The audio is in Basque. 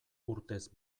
urtez